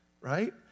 right